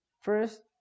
first